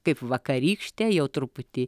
kaip vakarykštė jau truputį